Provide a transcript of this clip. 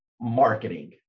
marketing